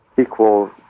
equal